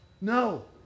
No